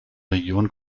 region